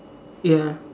ya